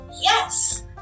Yes